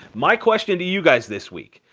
my question to you guys this week,